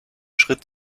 schritt